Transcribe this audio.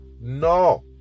No